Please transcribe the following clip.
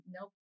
Nope